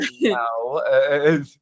no